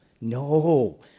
no